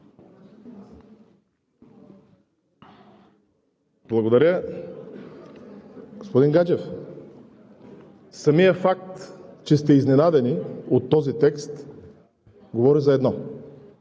Благодаря. Господин Гаджев, самият факт, че сте изненадани от този текст, говори за едно.